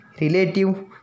relative